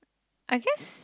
I guess